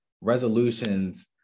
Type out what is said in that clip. resolutions